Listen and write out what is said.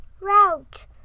Route